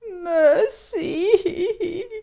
Mercy